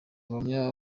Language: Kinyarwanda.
ubuhamya